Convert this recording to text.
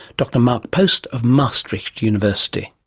dr mark post of maastricht university.